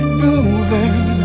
moving